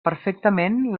perfectament